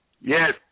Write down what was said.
Yes